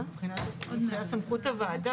עד 100 בלי תו ירוק,